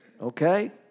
okay